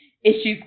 issues